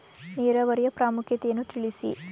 ನೀರಾವರಿಯ ಪ್ರಾಮುಖ್ಯತೆ ಯನ್ನು ತಿಳಿಸಿ?